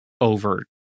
over